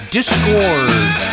Discord